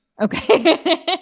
Okay